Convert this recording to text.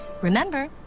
Remember